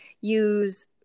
use